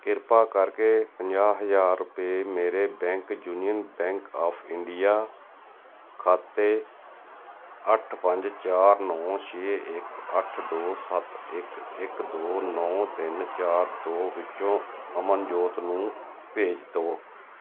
ਕ੍ਰਿਪਾ ਕਰਕੇ ਪੰਜਾਹ ਹਜ਼ਾਰ ਰੁਪਏ ਮੇਰੇ bank union bank of India ਖਾਤੇ ਅੱਠ ਪੰਜ ਚਾਰ ਨੌਂ ਛੇ ਇੱਕ ਅੱਠ ਦੋ ਸੱਤ ਇੱਕ ਇੱਕ ਦੋ ਨੌਂ ਤਿੰਨ ਚਾਰ ਦੋ ਵਿੱਚੋਂ ਅਮਨਜੋਤ ਨੂੰ ਭੇਜ ਦੇਵੋ